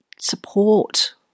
support